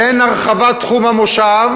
אין הרחבת תחום המושב,